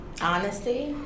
Honesty